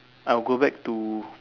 I would go back to